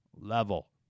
Level